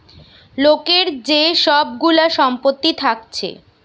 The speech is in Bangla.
লোকের যে সব গুলা সম্পত্তি থাকছে